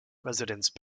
residence